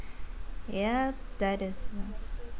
yup that is mm